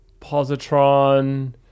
positron